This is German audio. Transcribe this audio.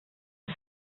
ist